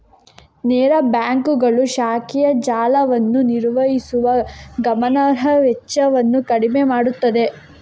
ನೇರ ಬ್ಯಾಂಕುಗಳು ಶಾಖೆಯ ಜಾಲವನ್ನು ನಿರ್ವಹಿಸುವ ಗಮನಾರ್ಹ ವೆಚ್ಚವನ್ನು ಕಡಿಮೆ ಮಾಡುತ್ತವೆ